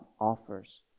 offers